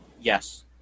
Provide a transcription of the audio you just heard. Yes